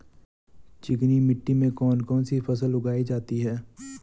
चिकनी मिट्टी में कौन कौन सी फसल उगाई जाती है?